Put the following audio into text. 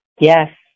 Yes